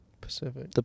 Pacific